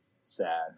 Sad